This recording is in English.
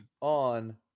on